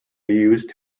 reused